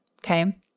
Okay